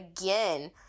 again